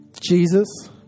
Jesus